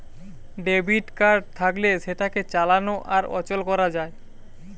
debit card থাকলে সেটাকে চালানো আর অচল করা যায়